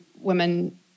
women